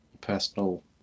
personal